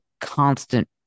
constant